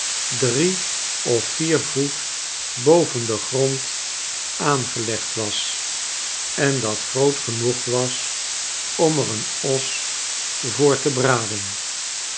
drie of vier voet boven den grond aangelegd was en dat groot genoeg was om er een os voor te braden